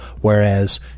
Whereas